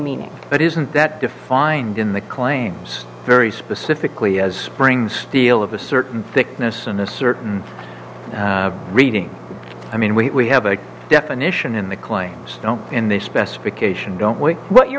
meaning but isn't that defined in the claims very specifically as spring steel of a certain sickness in a certain reading i mean we have a definition in the claim still in the specification don't wait what you're